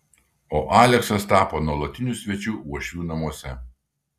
o aleksas tapo nuolatiniu svečiu uošvių namuose